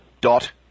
dot